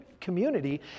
community